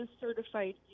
certified